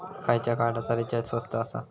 खयच्या कार्डचा रिचार्ज स्वस्त आसा?